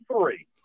three